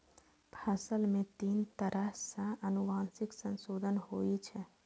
फसल मे तीन तरह सं आनुवंशिक संशोधन होइ छै